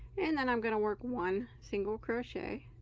and then i'm gonna work one single crochet